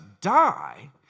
die